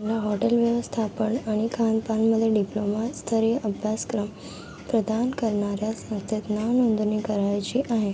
मला हॉटेल व्यवस्थापन आणि खानपानमध्ये डिप्लोमास्तरीय अभ्यासक्रम प्रदान करणाऱ्या संस्थेत नावनोंदणी करायची आहे